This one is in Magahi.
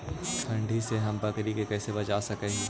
ठंडी से हम बकरी के कैसे बचा सक हिय?